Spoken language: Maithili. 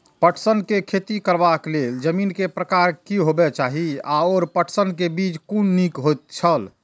पटसन के खेती करबाक लेल जमीन के प्रकार की होबेय चाही आओर पटसन के बीज कुन निक होऐत छल?